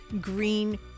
green